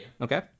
Okay